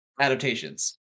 adaptations